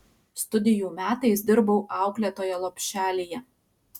studijų metais dirbau auklėtoja lopšelyje